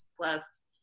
plus